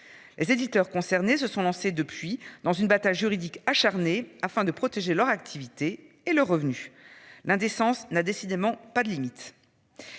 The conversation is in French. Les éditeurs concernés se sont lancés depuis dans une bataille juridique acharnée afin de protéger leur activité et le revenu l'indécence n'a décidément pas de limites.